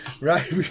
Right